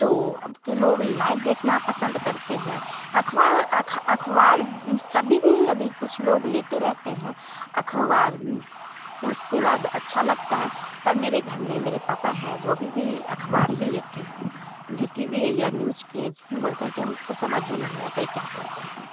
तो अब के लोग लाइव देखना पसंद करते हैं अख़बार अख़ अख़बार तभी भी अभी कुछ लोग लेते रहते हैं अख़बार उसके बाद अच्छा लगता है पर मेरे घर में मेरे पापा हैं जो अभी भी अख़बार ही लेते हैं उन्हें टी वी या न्यूज के वह बोलते हैं कि हमको कुछ समझ ही नहीं आता है क्या बोलते हैं